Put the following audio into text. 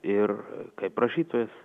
ir kaip rašytojas